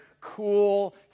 cool